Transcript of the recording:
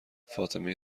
فاطمه